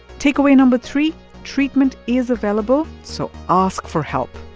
takeaway no. but three treatment is available, so ask for help.